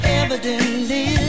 evidently